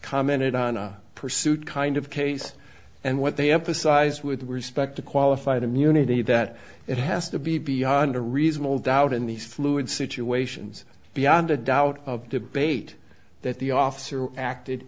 commented on a pursuit kind of case and what they emphasize with respect to qualified immunity that it has to be beyond a reasonable doubt in these fluid situations beyond a doubt of debate that the officer acted